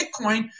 Bitcoin